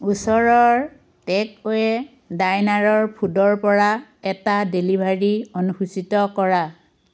ওচৰৰ take away ডাইনাৰৰ ফুডৰ পৰা এটা ডেলিভাৰী অনুসূচীত কৰা